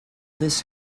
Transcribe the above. this